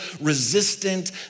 resistant